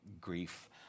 grief